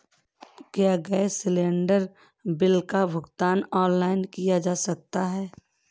क्या gas cylinder bill का भुगतान ऑनलाइन किया जा सकता है?